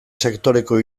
sektoreko